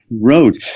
road